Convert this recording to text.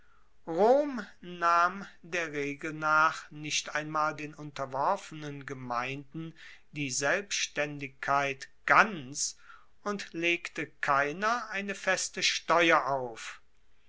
nahm der regel nach nicht einmal den unterworfenen gemeinden die selbstaendigkeit ganz und legte keiner eine feste steuer auf